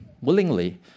willingly